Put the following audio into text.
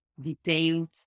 detailed